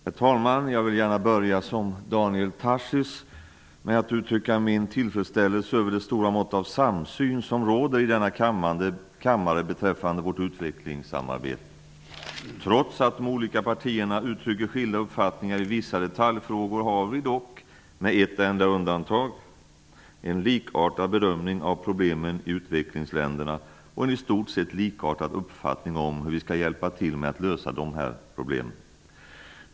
Herr talman! Jag vill gärna, som Daniel Tarschys gjorde, börja med att uttrycka min tillfredsställelse över det stora mått av samsyn som råder i denna kammare beträffande vårt utvecklingssamarbete. Trots att de olika partierna uttrycker skilda uppfattningar i vissa detaljfrågor har vi, med ett enda undantag, en likartad bedömning av problemen i utvecklingsländerna och en i stort sett likartad uppfattning om hur vi skall hjälpa till med att lösa de här problemen.